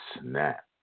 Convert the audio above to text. snap